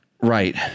right